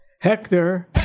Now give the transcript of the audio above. Hector